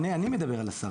לא, לא, אני מדבר על השר.